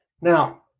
Now